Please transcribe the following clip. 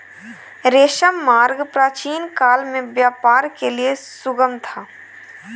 रेशम मार्ग प्राचीनकाल में व्यापार के लिए सुगम था